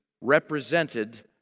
represented